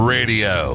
Radio